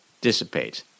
dissipates